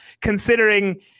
considering